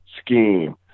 scheme